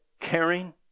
caring